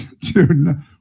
Dude